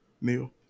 Neil